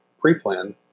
pre-plan